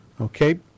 okay